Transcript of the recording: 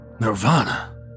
Nirvana